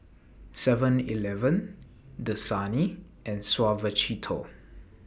Seven Eleven Dasani and Suavecito